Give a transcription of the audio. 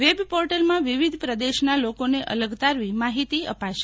વેબપોર્ટલમાં વિવિધ પ્રદેશના લોકોને અલગ તારવી માહિતી અપાશે